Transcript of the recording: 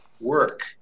work